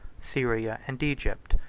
syria, and egypt,